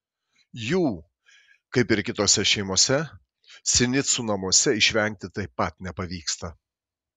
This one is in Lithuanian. jų kaip ir kitose šeimose sinicų namuose išvengti taip pat nepavyksta